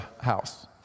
house